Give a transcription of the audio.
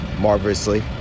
marvelously